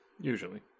Usually